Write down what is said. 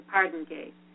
Pardongate